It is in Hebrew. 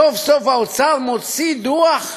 סוף-סוף האוצר מוציא דוח,